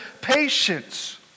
patience